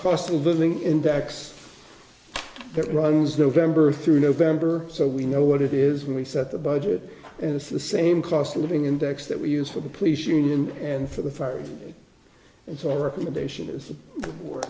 cost of living index that runs november through november so we know what it is when we set the budget and it's the same cost of living index that we use for the police union and for the fire and so